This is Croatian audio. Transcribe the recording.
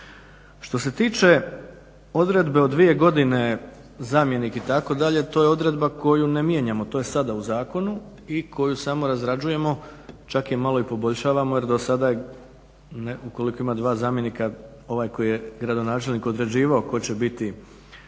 Što se tiče odredbe o dvije godine zamjenik itd., to je odredba koju ne mijenjamo, to je sada u zakonu, i koju samo razrađujemo, čak je malo i poboljšavamo, jer do sada je, ukoliko ima dva zamjenika ovaj koji je gradonačelnik određivao tko će biti